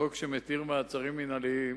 החוק שמתיר מעצרים מינהליים.